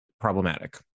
problematic